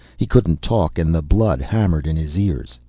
he couldn't talk and the blood hammered in his ears.